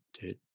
dude